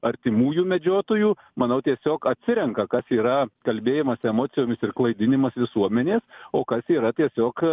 artimųjų medžiotojų manau tiesiog atsirenka kas yra kalbėjimas emocijomis ir klaidinimas visuomenės o kas yra tiesiog